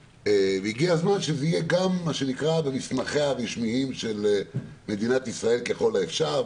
הגיע הזמן שזה יהיה גם במסמכיה הרשמיים של מדינת ישראל ככל האפשר.